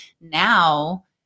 now